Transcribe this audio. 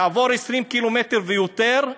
יעבור 20 קילומטר ויותר,